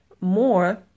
more